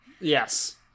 Yes